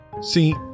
See